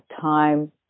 time